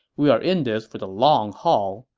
we are in this for the long haul,